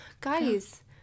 guys